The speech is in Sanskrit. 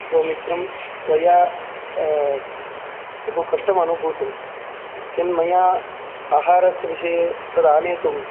भोः मित्रं त्वया बहु कष्टम् अनुभूतं यन्मया आहारस्य विषये तद् आनेतुं